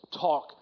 talk